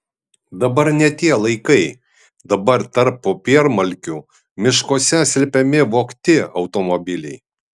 dabar ne tie laikai dabar tarp popiermalkių miškuose slepiami vogti automobiliai